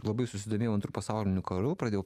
labai susidomėjau antru pasauliniu karu pradėjau